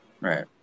Right